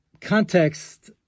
context